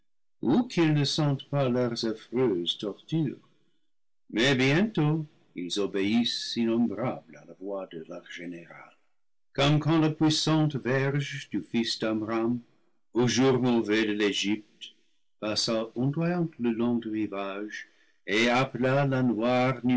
qu'ils ne sentent pas leurs affreuses tortures mais bientôt ils obéissent innombrables à la voix de leur général comme quand la puissante verge du fils d'amram au jour mauvais de l'egypte passa ondoyante le long du rivage et appela la